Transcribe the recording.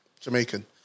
Jamaican